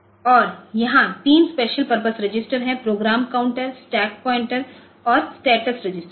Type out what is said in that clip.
और यहां तीन स्पेशल पर्पस रजिस्टर हैं प्रोग्राम काउंटर स्टैक पॉइंटर और स्टेटस रजिस्टर